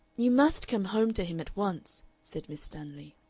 you must come home to him at once, said miss stanley.